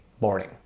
morning